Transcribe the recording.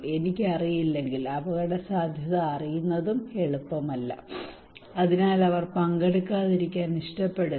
എനിക്കറിയില്ലെങ്കിൽ അപകടസാധ്യത അറിയുന്നതും എളുപ്പമല്ല അതിനാൽ അവർ പങ്കെടുക്കാതിരിക്കാൻ ഇഷ്ടപ്പെടുന്നു